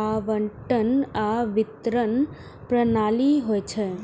आवंटन आ वितरण प्रणाली होइ छै